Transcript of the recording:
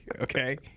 Okay